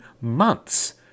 months